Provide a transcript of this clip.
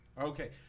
Okay